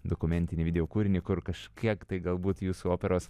dokumentinį video kūrinį kur kažkiek tai galbūt jūsų operos